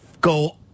go